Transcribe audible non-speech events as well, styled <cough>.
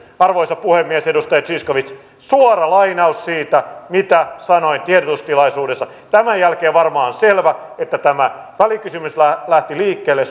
arvoisa puhemies edustaja zyskowicz suora lainaus siitä mitä sanoin tiedotustilaisuudessa tämän jälkeen varmaan on selvä että tämä välikysymys lähti liikkeelle <unintelligible>